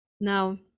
Now